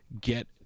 get